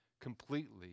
completely